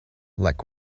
like